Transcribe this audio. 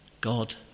God